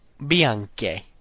Bianche